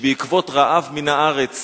שבעקבות רעב בארץ